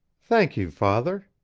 thank you, father,